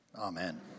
amen